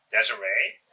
Desiree